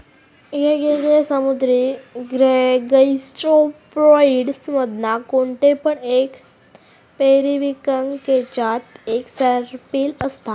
येगयेगळे समुद्री गैस्ट्रोपोड्स मधना कोणते पण एक पेरिविंकल केच्यात एक सर्पिल असता